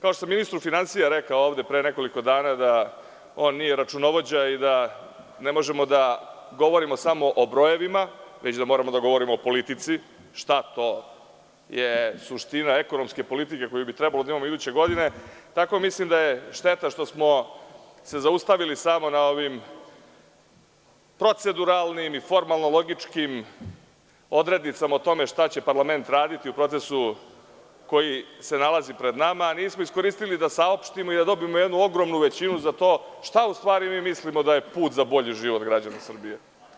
Kao što sam ministru finansija rekao ovde pre nekoliko dana da on nije računovođa i da ne možemo da govorimo samo o brojevima, već da moramo da govorimo o politici, šta je to suština ekonomske politike koju bi trebali da imamo iduće godine, tako da mislim da je šteta što smo se zaustavili samo na ovim proceduralnim i formalno logičkim odrednicama o tome šta će parlament raditi u procesu koji se nalazi pred nama, a nismo iskoristili da saopštimoi da dobijemo jednu ogromnu većinu za to – šta u stvari mi mislimo da je put za bolji život građana Srbije?